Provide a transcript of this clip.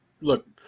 look